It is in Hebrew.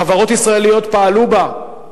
חברות ישראליות פעלו בה.